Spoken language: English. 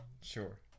sure